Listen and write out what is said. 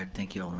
um thank you,